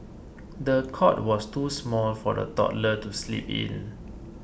the cot was too small for the toddler to sleep in